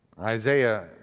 Isaiah